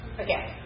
Okay